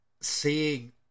seeing